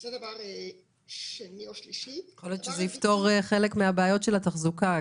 יכול להיות שזה יפתור חלק מהבעיות של התחזוקה,